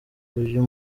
uyu